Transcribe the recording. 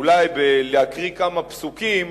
אולי, בהקראת כמה פסוקים